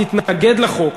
תתנגד לחוק,